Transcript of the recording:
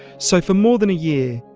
so for more than a year,